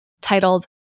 titled